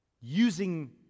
Using